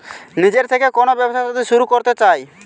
নিজের থেকে কোন ব্যবসা যদি শুরু করতে চাই